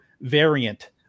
variant